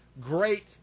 great